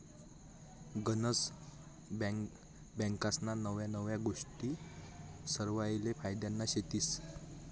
गनज बँकास्ना नव्या नव्या गोष्टी सरवासले फायद्यान्या शेतीस